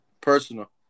Personal